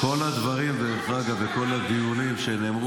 כל הדברים, דרך אגב, בכל הדיונים שנאמרו